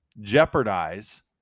jeopardize